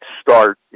start